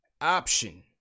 option